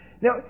Now